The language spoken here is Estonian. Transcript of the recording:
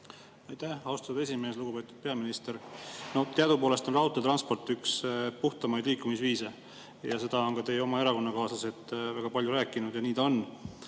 Aitäh, austatud esimees! Lugupeetud peaminister! Teadupoolest on raudteetransport üks puhtamaid liikumisviise ja seda on ka teie oma erakonnakaaslased väga palju rääkinud ja nii ta on.